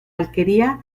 alquería